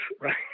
right